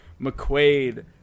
McQuaid